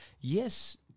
yes